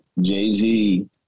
Jay-Z